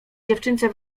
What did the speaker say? dziewczynce